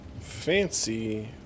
fancy